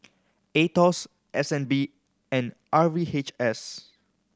Aetos S N B and R V H S